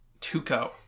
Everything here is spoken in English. Tuco